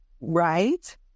right